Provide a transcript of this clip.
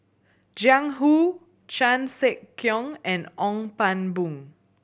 Jiang Hu Chan Sek Keong and Ong Pang Boon